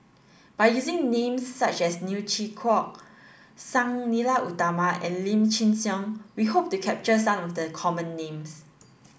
by using names such as Neo Chwee Kok Sang Nila Utama and Lim Chin Siong we hope to capture some of the common names